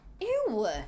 Ew